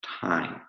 time